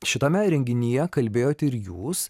šitame renginyje kalbėjot ir jūs